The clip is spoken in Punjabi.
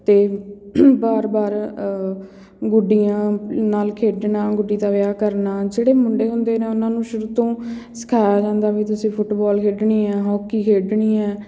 ਅਤੇ ਵਾਰ ਵਾਰ ਗੁੱਡੀਆਂ ਨਾਲ ਖੇਡਣਾ ਗੁੱਡੀ ਦਾ ਵਿਆਹ ਕਰਨਾ ਜਿਹੜੇ ਮੁੰਡੇ ਹੁੰਦੇ ਨੇ ਉਹਨਾਂ ਨੂੰ ਸ਼ੁਰੂ ਤੋਂ ਸਿਖਾਇਆ ਜਾਂਦਾ ਵੀ ਤੁਸੀਂ ਫੁੱਟਬੋਲ ਖੇਡਣੀ ਹੈ ਹੋਕੀ ਖੇਡਣੀ ਹੈ